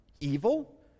evil